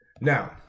Now